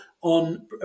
on